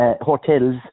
hotels